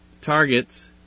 targets